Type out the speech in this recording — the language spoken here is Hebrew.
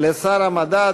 לשר המדע,